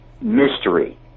mystery